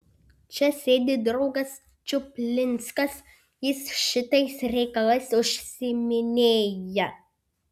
čia sėdi draugas čuplinskas jis šitais reikalais užsiiminėja